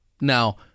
Now